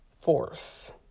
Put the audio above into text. force